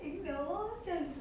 if you will